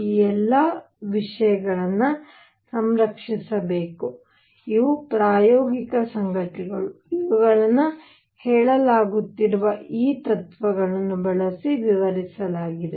ಈ ಎಲ್ಲ ವಿಷಯಗಳನ್ನು ಸಂರಕ್ಷಿಸಬೇಕು ಇವು ಪ್ರಾಯೋಗಿಕ ಸಂಗತಿಗಳು ಇವುಗಳನ್ನು ಹೇಳಲಾಗುತ್ತಿರುವ ಈ ತತ್ವಗಳನ್ನು ಬಳಸಿ ವಿವರಿಸಲಾಗಿದೆ